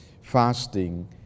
fasting